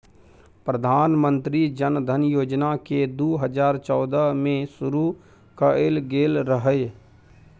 प्रधानमंत्री जनधन योजना केँ दु हजार चौदह मे शुरु कएल गेल रहय